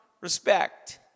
respect